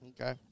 Okay